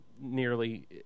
nearly